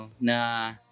na